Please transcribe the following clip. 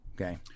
Okay